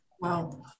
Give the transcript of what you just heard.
Wow